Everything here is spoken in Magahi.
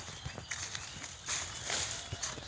वनस्पतिरोग विज्ञान पेड़ पौधार बीमारीर पढ़ाई छिके